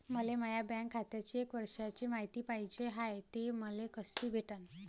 मले माया बँक खात्याची एक वर्षाची मायती पाहिजे हाय, ते मले कसी भेटनं?